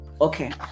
Okay